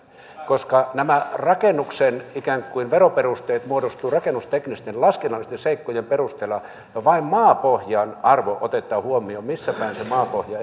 koska nämä rakennuksen ikään kuin veroperusteet muodostuvat rakennusteknisten laskennallisten seikkojen perusteella vain maapohjan arvo otetaan huomioon missä päin suomea se maapohja